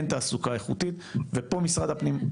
אין תעסוקה איכותית ופה משרד הפנים.